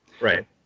right